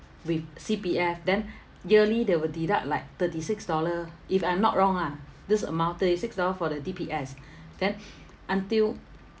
with C_P_F then yearly they will deduct like thirty six dollar if I'm not wrong ah this amount thirty six dollar for the D_P_S then until